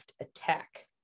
attack